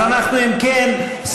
אם כן,